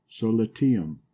solitium